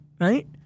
right